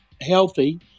healthy